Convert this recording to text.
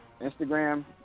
Instagram